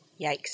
Yikes